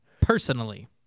Personally